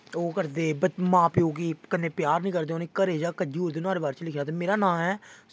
ओह् करदे मां प्यो गी कन्नै प्यार निं करदे उ'नें दी घरे चा कड्ढी ओड़दे नोहाड़े बारे च लिखेआ ते मेरा नांऽ ऐ